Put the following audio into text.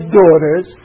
daughters